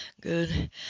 Good